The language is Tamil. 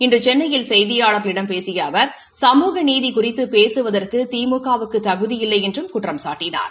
இன்று சென்னையில் செய்தியாளர்களிடம் பேசிய அவர் சமூக நீதி குறித்து பேசுவதற்கு திமுக வுக்கு தகுதி இல்லை என்றும் குற்றம்சாட்டினார்